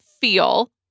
feel